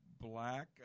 Black